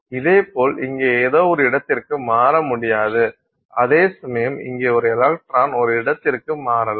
இதேபோல் இங்கே ஏதோ ஒரு இடத்திற்கு மாற முடியாது அதேசமயம் இங்கே ஒரு எலக்ட்ரான் ஒரு இடத்திற்கு மாறலாம்